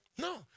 No